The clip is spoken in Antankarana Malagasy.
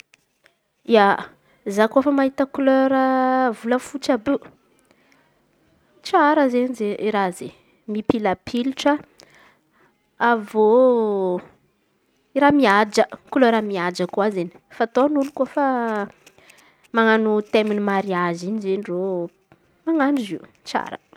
Ia, zako rehefa mahita kolera volafotsy àby io tsara izen̈y iren̈y raha izen̈y. Mipilapilitra avy eô raha mihaja kolera mihaja koa izen̈y iren̈y fataon'olo koa nofa manan̈o temy mariazy in̈y izen̈y reo manan̈o izy io tsara.